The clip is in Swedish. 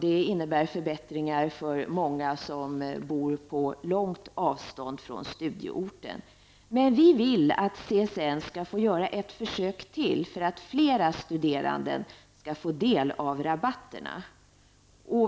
Det innebär förbättringar för många som bor på långt avstånd från studieorten. Men vi vill att CSN skall få göra ett försök till för att fler studerande skall få del av rabatterna.